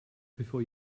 before